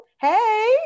Hey